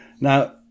Now